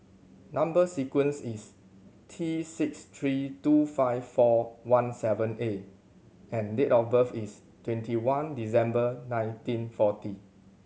number sequence is T six three two five four one seven A and date of birth is twenty one December nineteen forty